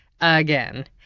Again